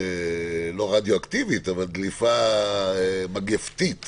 לא רדיואקטיבית אבל דליפה מגפתית